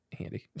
handy